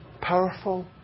powerful